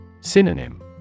Synonym